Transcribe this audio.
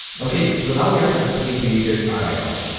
okay so now we've successfully created our icon